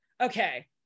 okay